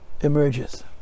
emerges